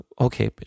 Okay